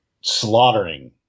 slaughtering